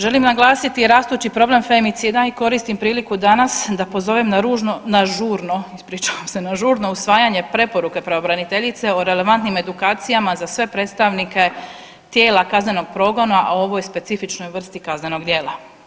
Želim naglasiti rastući problem femicida i koristim priliku danas da pozovem na ružno, na žurno, ispričavam se, na žurno usvajanje preporuke pravobraniteljice o relevantnim edukacijama za sve predstavnike tijela kaznenog progona o ovoj specifičnoj vrsti kaznenog djela.